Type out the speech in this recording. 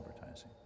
advertising